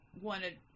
wanted